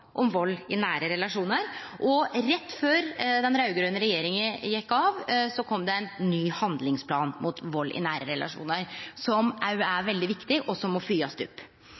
om vald i nære relasjonar, og rett før den raud-grøne regjeringa gjekk av, kom det ein ny handlingsplan mot vald i nære relasjonar, som òg er veldig viktig, og som må fylgjast opp.